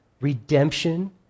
redemption